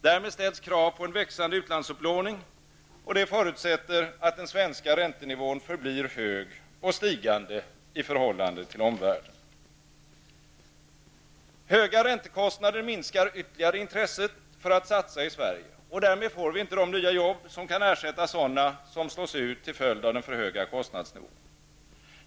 Därmed ställs det krav på en växande utlandsupplåning, och det förutsätter att den svenska räntenivån förblir hög och i stigande i förhållande till omvärlden. Höga räntekostnader minskar ytterligare intresset för satsningar i Sverige. Därmed får vi inte de nya jobb som kan ersätta sådana som slås ut till följd av den alltför höga kostnadsnivån.